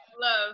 love